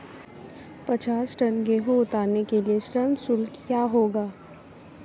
पचास टन गेहूँ उतारने के लिए श्रम शुल्क क्या होगा?